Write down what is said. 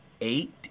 eight